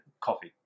coffee